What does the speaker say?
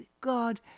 God